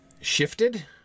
shifted